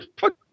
Fuck